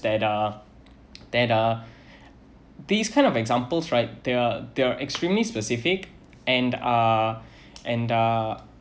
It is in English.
that uh that uh these kind of examples right there are there are extremely specific and uh and uh